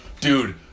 Dude